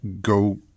go